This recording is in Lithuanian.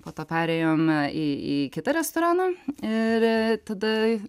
po to perėjom į į kitą restoraną ir tada